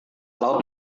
laut